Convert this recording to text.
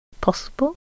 possible